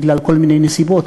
בגלל כל מיני נסיבות,